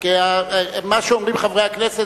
מה שאומרים חברי הכנסת,